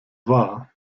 wahr